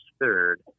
third